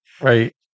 right